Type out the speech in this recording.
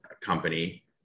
company